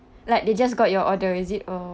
like they just got your order is it or